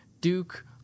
Duke